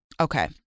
Okay